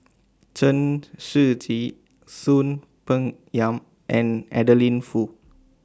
Chen Shiji Soon Peng Yam and Adeline Foo